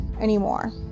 anymore